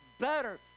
Better